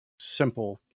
Simple